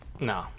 no